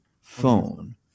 phone